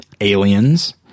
Aliens